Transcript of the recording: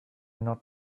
not